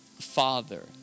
father